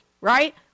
right